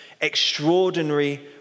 extraordinary